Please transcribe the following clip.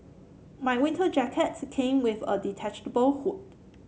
my winter jacket came with a detachable hood